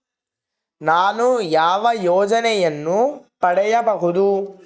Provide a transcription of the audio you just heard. ನಾನು ಯಾವ ಯೋಜನೆಯನ್ನು ಪಡೆಯಬಹುದು?